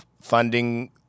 funding